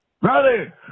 Brother